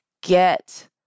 get